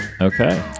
Okay